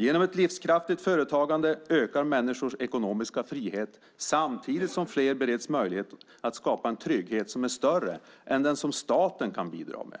Genom ett livskraftigt företagande ökar människors ekonomiska frihet samtidigt som fler bereds möjlighet att skapa en trygghet som är större än den som staten kan bidra med.